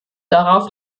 darauf